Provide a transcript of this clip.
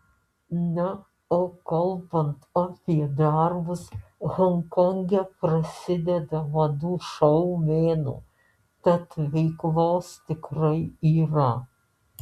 na o kalbant apie darbus honkonge prasideda madų šou mėnuo tad veiklos tikrai yra